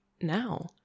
now